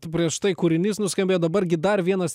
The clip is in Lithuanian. prieš tai kūrinys nuskambėjo dabar gi dar vienas